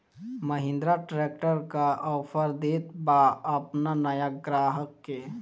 Mahindra tractor का offer देत बा अपना नया ग्राहक के?